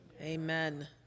Amen